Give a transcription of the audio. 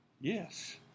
Yes